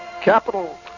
capital